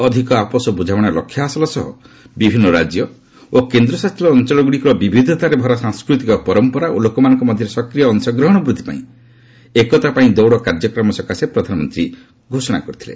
ଅଧିକ ଆପୋଷ ବୃଝାମଣା ଲକ୍ଷ୍ୟ ହାସଲ ସହ ବିଭିନ୍ନ ରାଜ୍ୟ ଓ କେନ୍ଦ୍ରଶାସିତ ଅଞ୍ଚଳଗ୍ରଡ଼ିକର ବିବିଧତାରେ ଭରା ସାଂସ୍କୃତିକ ପରମ୍ପରା ଓ ଲୋକମାନଙ୍କ ମଧ୍ୟରେ ସକ୍ରିୟ ଅଂଶଗ୍ରହଣ ବୃଦ୍ଧି ପାଇଁ ଏକତା ପାଇଁ ଦୌଡ଼ କାର୍ଯ୍ୟକ୍ରମ ପାଇଁ ପ୍ରଧାନମନ୍ତ୍ରୀ ଘୋଷଣା କରିଥିଲେ